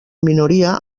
minoria